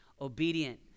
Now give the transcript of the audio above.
obedient